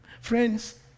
Friends